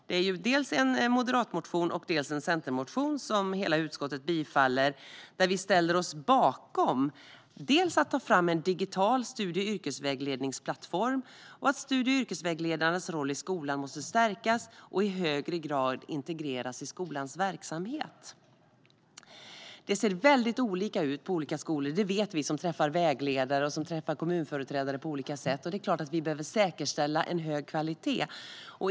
Det finns dels en moderat motion, dels en centerpartistisk motion som hela utskottet tillstyrker och där vi ställer oss bakom att ta fram en digital studie och yrkesvägledningsplattform och att studie och yrkesvägledarnas roll i skolan måste stärkas och i högre grad integreras i skolans verksamhet. Det ser väldigt olika ut på olika skolor; det vet vi som träffar vägledare och kommunföreträdare. Det är klart att vi behöver säkerställa en hög kvalitet.